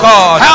God